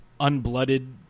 unblooded